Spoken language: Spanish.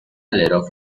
alero